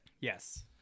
Yes